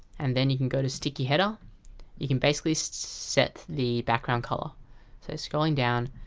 and then you can go to sticky header you can basically so set the background color so scrolling down.